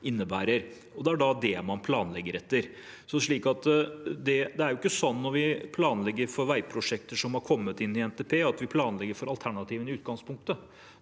det er det man da planlegger etter. Det er ikke sånn når vi planlegger for veiprosjekter som har kommet inn i NTP, at vi planlegger for alternativene i utgangspunktet.